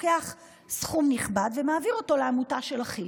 לוקחת סכום נכבד ומעבירה אותו לעמותה של אחי.